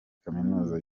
kaminuza